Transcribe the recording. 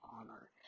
honor